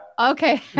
Okay